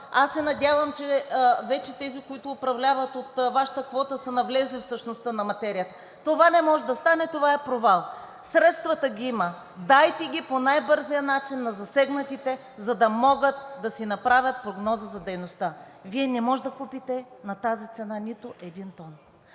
аз се надявам, че вече тези, които управляват от Вашата квота, са навлезли в същността на материята, това не може да стане, това е провал. Средствата ги има, дайте ги по най-бързия начин на засегнатите, за да могат да си направят прогноза за дейността. Вие не може да купите на тази цена нито един тон.